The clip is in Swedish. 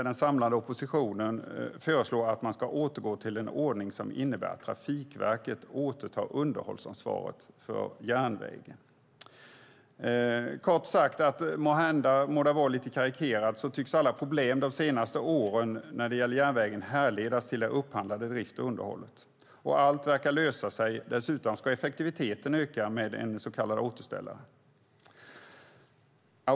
Den samlade oppositionen föreslår att man ska återgå till en ordning som innebär att Trafikverket återtar underhållsansvaret för järnvägen. Kort sagt - måhända är det lite karikerat - tycks alla problem med järnvägen under de senaste åren kunna härledas till att drift och underhåll har upphandlats, allt verkar lösa sig med en så kallad återställare, och dessutom ska effektiviteten öka.